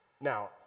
Now